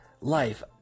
Life